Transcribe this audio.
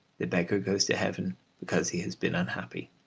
the beggar goes to heaven because he has been unhappy.